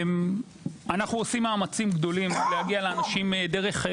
אנחנו עושים מאמצם גדולים להגיע לאנשים דרך,